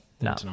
No